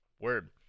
word